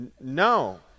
No